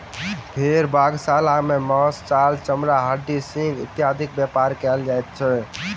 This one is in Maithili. भेंड़ बधशाला सॅ मौस, खाल, चमड़ा, हड्डी, सिंग इत्यादिक व्यापार कयल जाइत छै